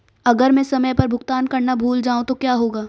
अगर मैं समय पर भुगतान करना भूल जाऊं तो क्या होगा?